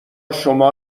شما